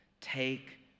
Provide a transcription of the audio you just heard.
take